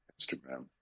Instagram